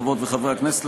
חברות וחברי הכנסת,